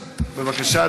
בבקשה,